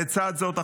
לצד זאת,